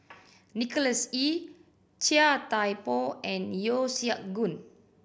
Nicholas Ee Chia Thye Poh and Yeo Siak Goon